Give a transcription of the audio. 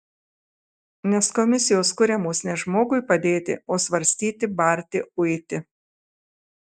nes komisijos kuriamos ne žmogui padėti o svarstyti barti uiti